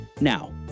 Now